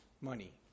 money